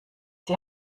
die